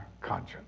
conscience